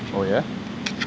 oh yeah